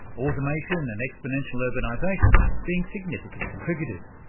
automation and exponential urbanisation being significant contributors.